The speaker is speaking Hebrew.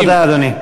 תודה, אדוני.